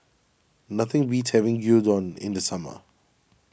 nothing beats having Gyudon in the summer